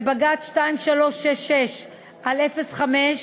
בבג"ץ 2366/05,